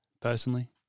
personally